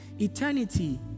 eternity